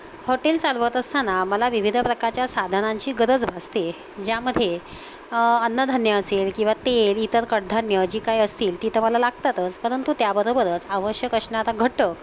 hotel चालवत असताना मला विविध प्रकारच्या साधनांची गरज भासते ज्यामध्ये अन्नधान्य असेल किंवा तेल इतर कडधान्य जी काही असतील ती तर मला लागतातच परंतु त्याबरोबरच आवश्यक असणारा घटक